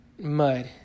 mud